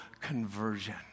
conversion